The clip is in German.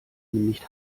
nicht